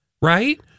Right